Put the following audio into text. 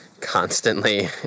constantly